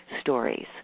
stories